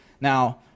Now